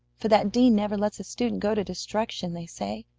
for that dean never lets a student go to destruction, they say,